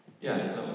yes